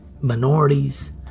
minorities